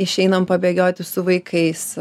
išeinam pabėgioti su vaikais